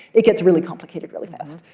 it gets really complicated really fast.